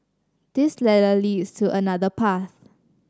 this ladder leads to another path